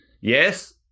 Yes